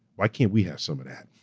why can't we have some of that?